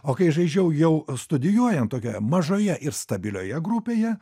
o kai žaidžiau jau studijuojant tokioje mažoje ir stabilioje grupėje